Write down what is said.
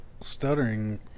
stuttering